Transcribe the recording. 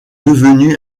devenu